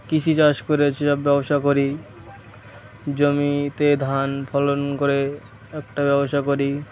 কৃষি চাষ করে সেসব ব্যবসা করি জমিতে ধান ফলন করে একটা ব্যবসা করি